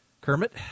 Kermit